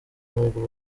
n’ubwo